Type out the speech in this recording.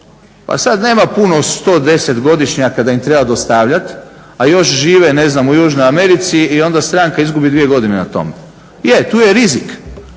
pa sad nema puno sto deset godišnjaka da im treba dostavljat, a još žive ne znam u južnoj Americi i onda stranka izgubi dvije godine na tome. Je, tu je rizik.